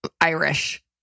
Irish